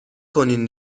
کنین